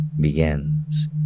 begins